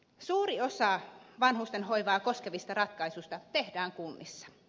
suuri osa vanhustenhoivaa koskevista ratkaisuista tehdään kunnissa